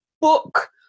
book